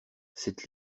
cette